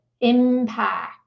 impact